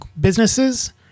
businesses